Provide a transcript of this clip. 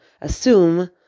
assume